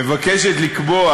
מבקשת לקבוע